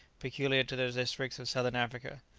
peculiar to the districts of southern africa.